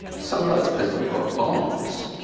some of those people got bonds.